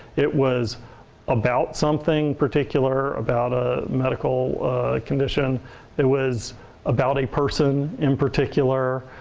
it was about something particular about a medical condition it was about a person in particular.